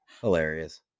Hilarious